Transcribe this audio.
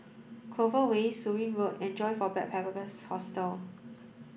Clover Way Surin Road and Joyfor Backpackers' Hostel